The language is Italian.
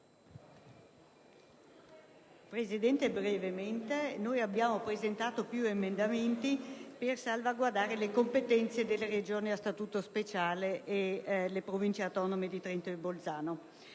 Presidente, noi abbiamo presentato più emendamenti per salvaguardare le competenze delle Regioni a Statuto speciale e delle Province autonome di Trento e Bolzano.